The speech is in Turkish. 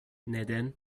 neden